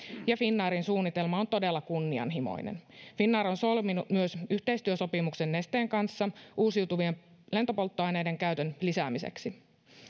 ja finnairin suunnitelma on todella kunnianhimoinen finnair on solminut myös yhteistyösopimuksen nesteen kanssa uusiutuvien lentopolttoaineiden käytön lisäämiseksi